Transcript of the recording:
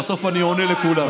בסוף אני עונה לכולם,